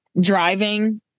driving